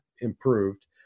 improved